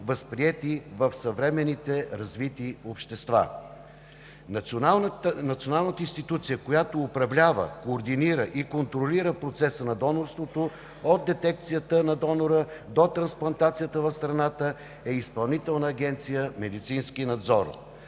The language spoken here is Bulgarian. в съвременните развити общества. Националната институция, която управлява, координира и контролира процеса на донорството от детекцията на донора до трансплантацията в страната е Изпълнителна агенция „Медицински надзор“.